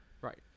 Right